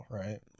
right